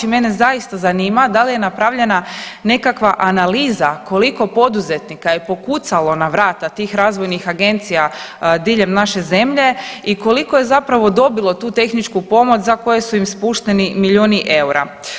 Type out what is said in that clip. I mene zaista zanima da li je napravljena nekakva analiza koliko poduzetnika je pokucalo na vrata tih razvojnih agencija diljem naše zemlje i koliko je zapravo dobilo tu tehničku pomoć za koje su im spušteni milijuni eura?